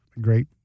Great